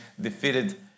defeated